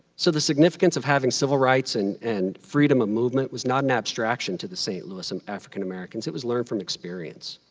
so the significance of having civil rights and and freedom of movement was not an abstraction to the st. louis and african americans. it was learned from experience.